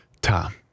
Tom